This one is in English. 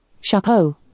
Chapeau